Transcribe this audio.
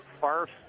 farce